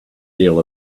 deal